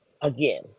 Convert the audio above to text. again